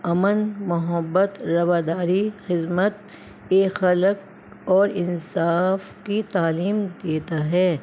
امن محبت رواداری خدمت یہ خلق اور انصاف کی تعلیم دیتا ہے